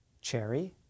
Cherry